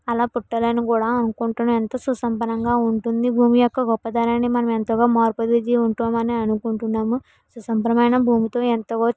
అలా పుట్టాలను కూడా అనుకుంటున్నా ఎంతో సుసంపన్నమైనగా ఉంటుంది భూమి యొక్క గొప్పతనాన్ని మనం ఎంతగా మార్పు దిద్ది ఉంటామని అనుకుంటున్నాము సంపన్నమైన భూమితో ఎంతో